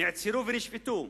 נעצרו ונשפטו.